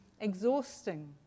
exhausting